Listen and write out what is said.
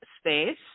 space